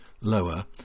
lower